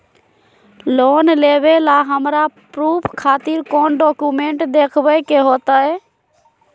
Loan लेबे ला हमरा प्रूफ खातिर कौन डॉक्यूमेंट देखबे के होतई?